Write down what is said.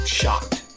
shocked